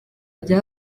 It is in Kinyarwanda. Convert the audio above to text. bya